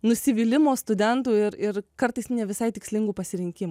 nusivylimo studentų ir ir kartais ne visai tikslingų pasirinkimų